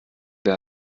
wir